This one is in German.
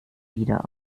wieder